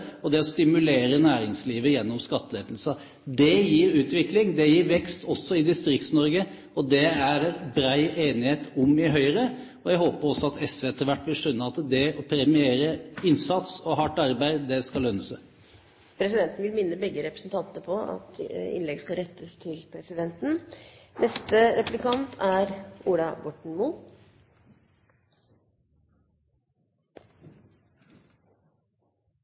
og å stimulere næringslivet gjennom skattelettelser. Dét gir utvikling. Det gir vekst også i Distrikts-Norge. Det er det bred enighet om i Høyre. Jeg håper at også SV etter hvert vil skjønne at det å premiere innsats og hardt arbeid skal lønne seg. Presidenten vil minne begge representantene på at all tale skal rettes til presidenten.